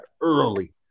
early